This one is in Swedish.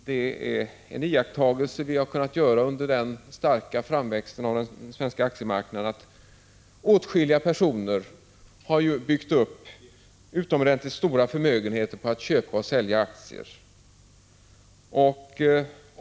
Det är en iakttagelse vi har kunnat göra under den starka tillväxten av den svenska aktiemarknaden att åtskilliga personer har byggt upp utomordentligt stora förmögenheter på att köpa och sälja aktier.